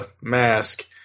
Mask